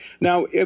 Now